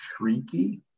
shrieky